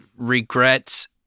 regrets